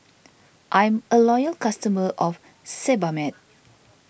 I'm a loyal customer of Sebamed